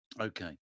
Okay